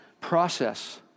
process